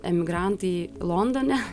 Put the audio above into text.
emigrantai londone